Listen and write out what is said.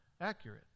accurate